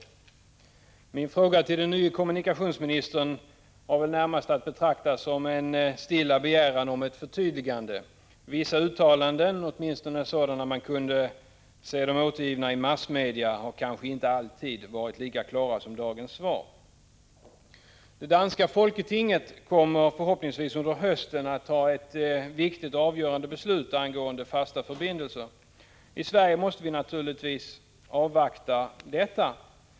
1985/86:17 Min fråga till den nye kommunikationsministern var väl närmast att 24 oktober 1985 betrakta som en stilla begäran om ett förtydligande. Vissa uttalanden, Ö SKR EENR dö 7 åtminstone sådana man kunnat se dem återgivna i massmedia, har kanske m åtgärder för att öka flygsäkerheten inte alltid varit lika klara som dagens svar. Det danska folketinget kommer, förhoppningsvis under hösten, att ta ett viktigt avgörande beslut angående fasta förbindelser. I Sverige måste vi naturligtvis avvakta detta.